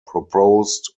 proposed